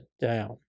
down